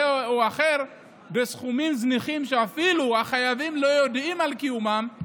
או אחר בסכומים זניחים שאפילו החייבים לא יודעים על קיומם,